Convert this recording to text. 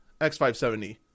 X570